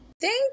Thank